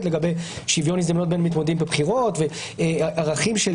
לגבי שוויון הזדמנויות בין מתמודדים בבחירות וערכים של